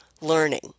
learning